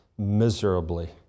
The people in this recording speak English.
Miserably